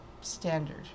standard